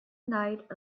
night